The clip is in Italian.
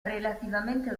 relativamente